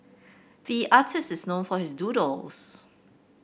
the artist is known for his doodles